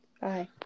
Bye